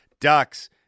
Ducks